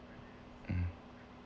mm